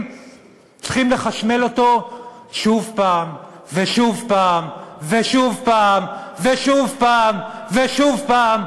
צריכים לחשמל אותו שוב פעם ושוב פעם ושוב פעם ושוב פעם ושוב פעם,